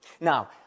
Now